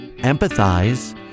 empathize